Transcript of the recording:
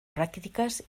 pràctiques